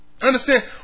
Understand